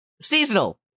seasonal